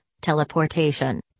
teleportation